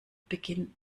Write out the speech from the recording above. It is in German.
beginn